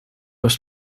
was